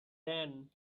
then